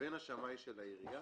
לבין השמאי של העירייה,